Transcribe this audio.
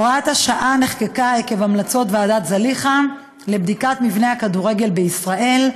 הוראת השעה נחקקה עקב המלצות ועדת זליכה לבדיקת מבנה הכדורגל בישראל,